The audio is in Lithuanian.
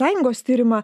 sąjungos tyrimą